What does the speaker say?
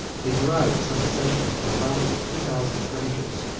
they derived some accession from a body of two thousand strangers,